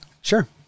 Sure